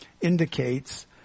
indicates